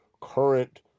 current